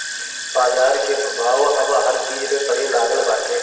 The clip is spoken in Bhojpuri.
बाजार के प्रभाव अब हर चीज पे पड़े लागल बाटे